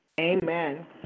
Amen